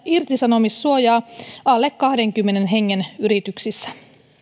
irtisanomissuojaa alle kahdenkymmenen hengen yrityksissä